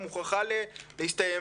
מוכרחה להסתיים.